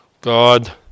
God